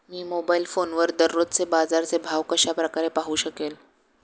मी mobile फोनवर दररोजचे बाजाराचे भाव कशा प्रकारे पाहू शकेल?